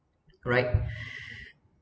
right